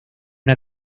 una